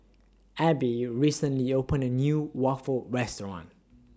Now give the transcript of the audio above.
Abbie recently opened A New Waffle Restaurant